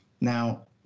Now